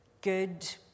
good